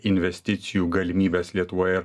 investicijų galimybes lietuvoje